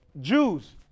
Jews